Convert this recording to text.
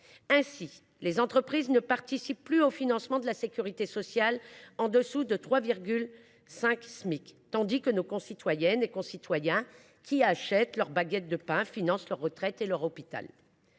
Ainsi, les entreprises ne participent plus au financement de la sécurité sociale en dessous de 3,5 Smic, tandis que nos concitoyennes et nos concitoyens qui achètent leur baguette de pain financent leur retraite et leur hôpital.